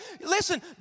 Listen